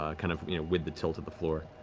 ah kind of you know with the tilt of the floor.